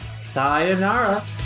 Sayonara